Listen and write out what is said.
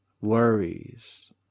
worries